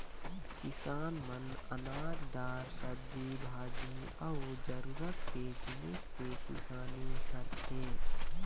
किसान मन अनाज, दार, सब्जी भाजी अउ जरूरत के जिनिस के किसानी करथे